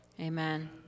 Amen